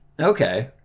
Okay